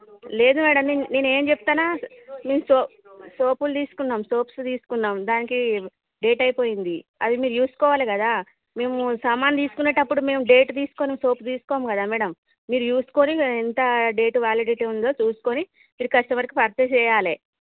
లేదు మ్యాడం నేను నేను ఏం చెప్తున్నా మీరు మేం సోపులు తీసుకున్నాం సోప్స్ తీసుకున్నాం దానికి డేట్ అయిపోయింది అది మీరు చూసుకోవాలి కదా మేము సామాను తీసుకునేటప్పుడు మేము డేట్ చూసుకొని సోప్ తీసుకొని కదా మ్యాడం మీరు చూసుకొని ఎంత డేట్ వ్యాలిడిటీ ఉందో చూసుకొని కస్టమర్కి పర్చేస్ చేయాలి